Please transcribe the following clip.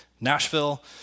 Nashville